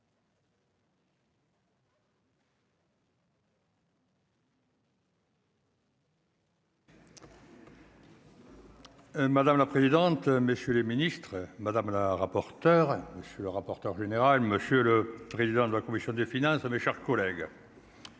madame la présidente, monsieur les ministres, madame la rapporteure, où je suis, le rapporteur général, monsieur le président de la commission des finances à mes chers collègues.